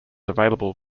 available